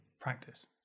practice